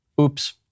Oops